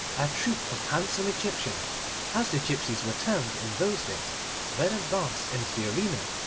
a troop of handsome egyptians as the gipsies were termed in those days then advanced into the arena,